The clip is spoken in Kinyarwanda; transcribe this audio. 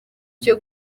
cyo